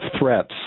threats